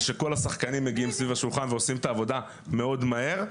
ושכל השחקנים מגיעים סביב השולחן ועושים את העבודה מאוד מהר.